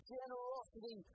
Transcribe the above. generosity